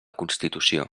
constitució